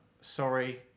Sorry